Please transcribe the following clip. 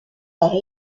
par